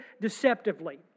deceptively